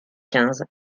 quinze